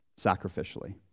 Sacrificially